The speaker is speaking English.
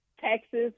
Texas